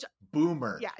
Boomer